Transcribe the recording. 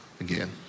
again